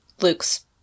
Luke's